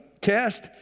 test